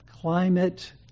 climate